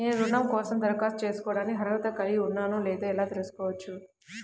నేను రుణం కోసం దరఖాస్తు చేసుకోవడానికి అర్హత కలిగి ఉన్నానో లేదో ఎలా తెలుసుకోవచ్చు?